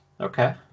Okay